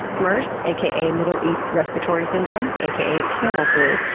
mers, aka middle east respiratory syndrome, aka camel flu,